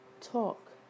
talk